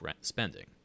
spending